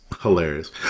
Hilarious